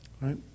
Right